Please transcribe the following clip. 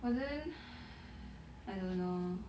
but then !hais! I don't know